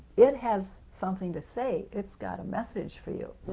it has something to say, it's got a message for you.